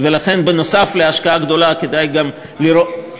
לכן, נוסף על ההשקעה הגדולה, כדאי גם לראות,